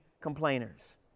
complainers